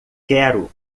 quero